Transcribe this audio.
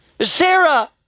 Sarah